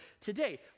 today